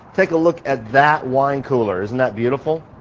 take a look at that wine cooler. isn't that beautiful?